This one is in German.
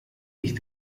dich